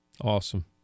Awesome